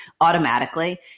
automatically